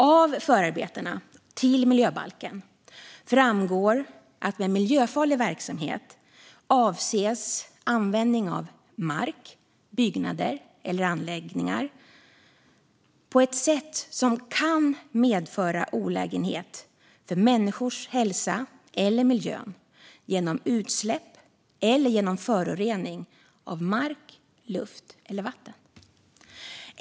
Av förarbetena till miljöbalken framgår att med miljöfarlig verksamhet avses användning av mark, byggnader eller anläggningar på ett sätt som kan medföra olägenhet för människors hälsa eller miljön genom utsläpp eller genom förorening av mark, luft eller vatten.